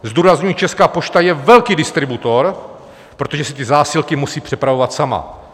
Zdůrazňuji, Česká pošta je velký distributor, protože si ty zásilky musí přepravovat sama.